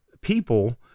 people